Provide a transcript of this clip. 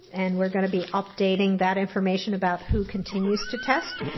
and we're gonna be updating that information about who continues to test,